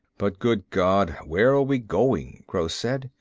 but good god, where are we going? gross said.